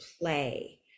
play